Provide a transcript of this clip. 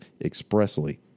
expressly